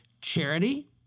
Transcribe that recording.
charity